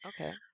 Okay